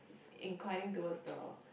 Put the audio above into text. inclining towards the